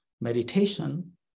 meditation